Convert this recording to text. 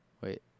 Wait